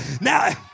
now